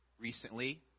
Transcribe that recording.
recently